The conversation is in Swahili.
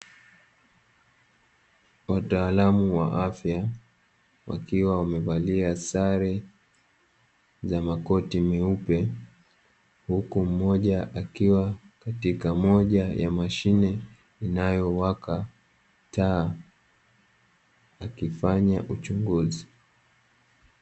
Wataalamu wa afya, wakiwa wamevalia sare za makoti meupe, huku mmoja akiwa katika moja ya mashine inayowaka taa, akifanya uchunguzi.